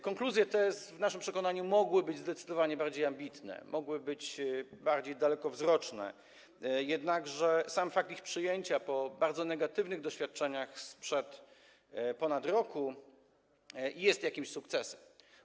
Konkluzje te w naszym przekonaniu mogły być zdecydowanie bardziej ambitne, mogły być bardziej dalekowzroczne, jednakże sam fakt ich przyjęcia po bardzo negatywnych doświadczeniach sprzed ponad roku jest jakimś sukcesem.